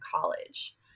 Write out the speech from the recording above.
college